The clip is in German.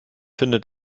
findet